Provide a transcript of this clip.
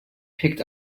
picked